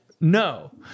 No